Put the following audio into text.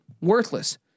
worthless